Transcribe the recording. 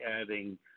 adding